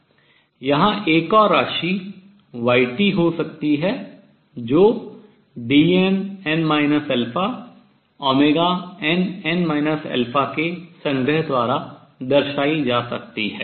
यहाँ एक और राशि y हो सकती है जो Dnn α nn α के संग्रह द्वारा दर्शायी जा सकती है